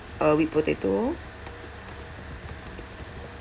uh with potato